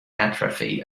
atrophy